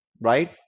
right